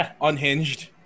unhinged